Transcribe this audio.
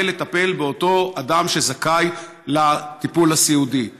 לטפל באותו אדם שזכאי לטיפול הסיעודי.